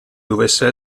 dovesse